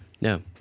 No